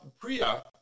Priya